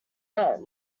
not